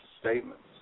statements